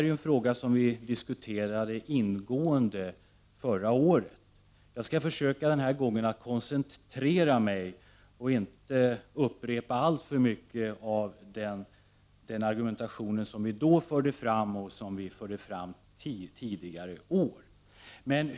Vi diskuterade den ingående förra året, och jag skall försöka att koncentrera mig och inte upprepa alltför mycket av den argumentation som har förts fram tidigare.